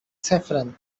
saffron